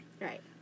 Right